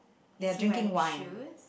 they are drinking wine